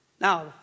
Now